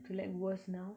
to like worse now